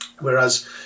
whereas